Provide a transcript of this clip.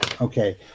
Okay